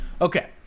Okay